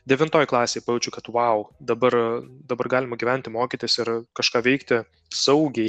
devintoj klasėj pajaučiau kad vau dabar dabar galima gyventi mokytis ir kažką veikti saugiai